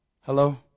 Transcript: Hello